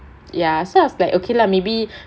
ya so I was like okay lah maybe